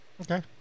Okay